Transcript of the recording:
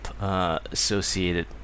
Associated